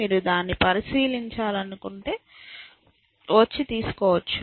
మీరు దాన్ని పరిశీలించాలనుకుంటే మీరు వచ్చి రుణం తీసుకోవచ్చు